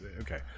okay